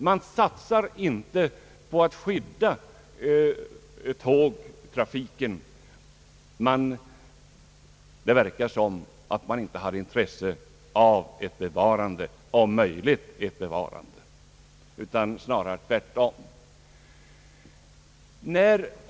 Man satsar inte på att skydda tågtrafiken, Det verkar som om man inte hade intresse av att om möjligt bevara denna, utan snarast tvärtom.